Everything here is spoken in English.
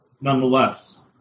nonetheless